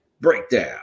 Breakdown